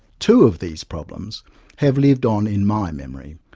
two of these problems have lived on in my memory.